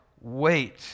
wait